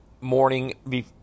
morning